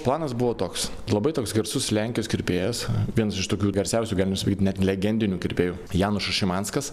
planas buvo toks labai toks garsus lenkijos kirpėjas viens iš tokių garsiausių galima sakyt net legendinių kirpėjų janušas šimanskas